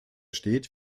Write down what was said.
steht